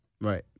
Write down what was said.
Right